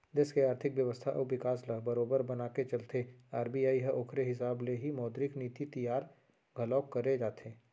देस के आरथिक बेवस्था अउ बिकास ल बरोबर बनाके चलथे आर.बी.आई ह ओखरे हिसाब ले ही मौद्रिक नीति तियार घलोक करे जाथे